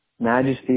majesty